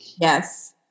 Yes